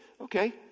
Okay